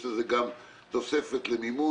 על סדר היום יש לנו שני נושאים.